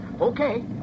Okay